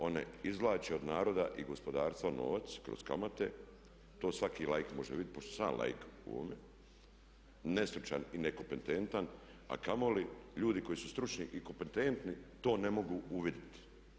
One izvlače od naroda i gospodarstva novac kroz kamate, to svaki laik može vidjeti, pošto sam i ja laik u ovome, nestručan i nekompetentan a kamoli ljudi koji su stručni i kompetentni to ne mogu uvidjeti.